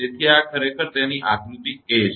તેથી આ ખરેખર તેની આકૃતિ a છે